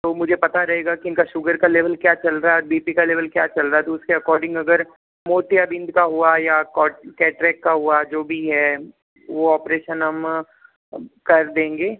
तो मुझे पता रहेगा कि इनका शुगर का क्या लेवल चल रहा है बी पी का लेवल क्या चल रहा है तो उसके अकॉर्डिंग अगर मोतियाबिंद का हुआ या को कैटरेक्ट का हुआ जो भी है वो ऑपरेशन हम कर देंगे